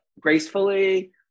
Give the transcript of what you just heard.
gracefully